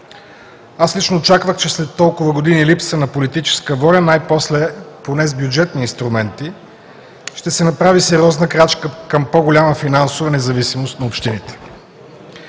Аз лично очаквах, че след толкова години липса на политическа воля, най-после, поне с бюджетни инструменти, ще се направи сериозна крачка към по голяма финансова независимост на общините.